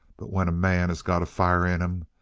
but when a man has got a fire in him,